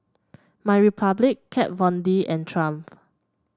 MyRepublic Kat Von D and Triumph